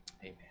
Amen